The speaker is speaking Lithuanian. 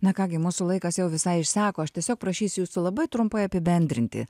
na ką gi mūsų laikas jau visai išseko aš tiesiog prašysiu jūsų labai trumpai apibendrinti